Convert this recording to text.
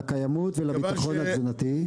לקיימות ולביטחון התזונתי.